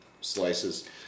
slices